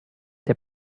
der